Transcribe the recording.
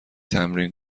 تمرین